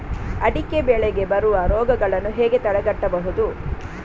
ಅಡಿಕೆ ಬೆಳೆಗೆ ಬರುವ ರೋಗಗಳನ್ನು ಹೇಗೆ ತಡೆಗಟ್ಟಬಹುದು?